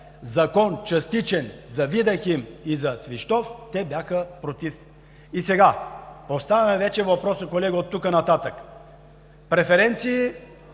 Закон, частичен за „Видахим“ и за „Свищов“, те бяха против. И сега поставяме вече въпроса, колеги – от тук нататък преференции